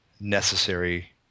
necessary